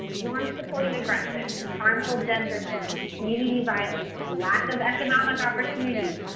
norms supporting aggression, harmful gender norms, community violence, lack of economic opportunities,